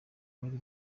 bari